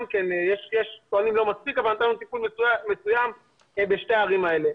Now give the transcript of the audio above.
גם שם טוענים שלא מספיק אבל נתנו טיפול מסוים בשתי הערים האלה.